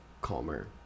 calmer